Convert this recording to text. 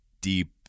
deep